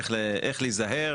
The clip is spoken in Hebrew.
איך להיזהר